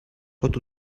pot